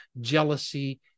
jealousy